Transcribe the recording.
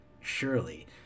surely